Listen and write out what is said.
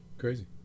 crazy